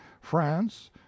France